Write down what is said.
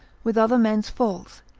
with other men's falls,